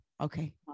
okay